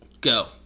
go